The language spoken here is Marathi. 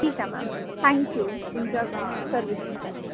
ठीक मॅम थँक्यू तुमच्या ग सर्व्हिसिंगसाठी